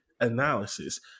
analysis